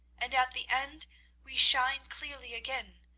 and at the end we shine clearly again.